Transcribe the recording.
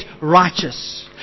righteous